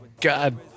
God